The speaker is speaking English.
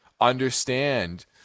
understand